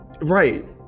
Right